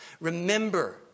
Remember